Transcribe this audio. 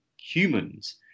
humans